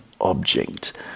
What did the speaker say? object